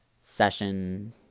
Session